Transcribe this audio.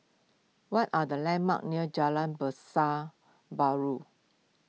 what are the landmarks near Jalan Pasar Baru